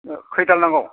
अ खैदाल नांगौ